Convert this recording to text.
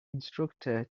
instructor